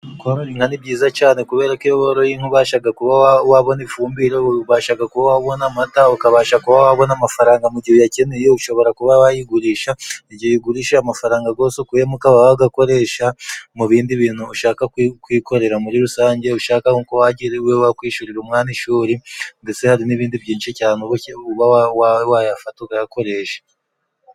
Korora inka ni byiza cyane, kubera ko iyo woroye inka ubasha kuba wabona ifumbire, ubasha kuba wabona amata, ukabasha kuba wabona amafaranga mu gihe uyakeneye, ushobora kuba wayigurisha, igihe ugurisha amafaranga yose ukuyemo ukabasha kuba wayakoresha mu bindi bintu ushaka kukwikorera muri rusange, ushaka nko kuba wakwishyurira umwana ishuri, ndetse hari n'ibindi byinshi cyane uba wayafata ukayakoresha.